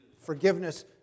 forgiveness